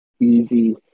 easy